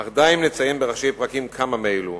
אך די אם נציין בראשי פרקים כמה מאלה,